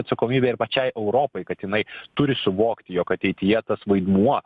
atsakomybę ir pačiai europai kad jinai turi suvokti jog ateityje tas vaidmuo